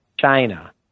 China